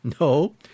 No